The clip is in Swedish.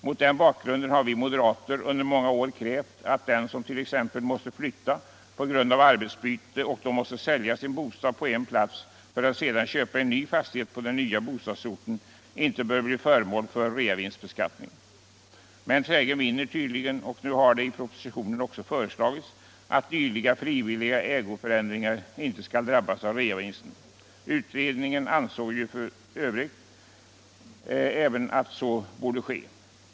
Mot den bakgrunden har vi moderater under många år krävt att den som t.ex. måste flytta på grund av arbetsbyte och då måste sälja sin bostad på en plats för att sedan köpa en ny fastighet på den nya bostadsorten inte bör bli föremål för reavinstbeskattning. En trägen vinner tydligen, och nu har det i propositionen också föreslagits att dylika frivilliga ägoförändringar inte skall drabbas av reavinsten. Utredningen ansåg ju för övrigt även att så borde ske.